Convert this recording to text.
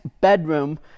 bedroom